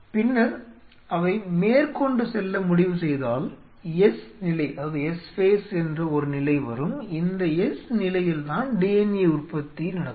பின்னர் அவை மேற்கொண்டு செல்ல முடிவு செய்தால் S நிலை என்று ஒரு நிலை வரும் இந்த S நிலையில்தான் DNA உற்பத்தி நடக்கும்